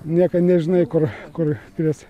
niekad nežinai kur kur kris